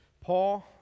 Paul